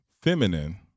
feminine